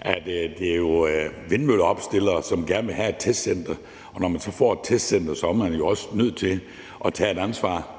at det jo er vindmølleopstillerne, som gerne vil have et testcenter, og når man så får et testcenter, er man jo også nødt til at tage ansvar